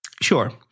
Sure